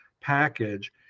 package